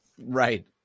Right